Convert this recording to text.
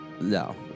no